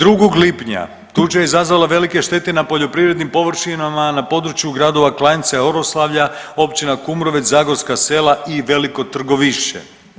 2. lipnja tuča je izazvala velike štete na poljoprivrednim površinama na području gradova Klanjca i Oroslavlja, općina Kumrovec, Zagorska sela i Veliko Trgovišće.